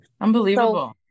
Unbelievable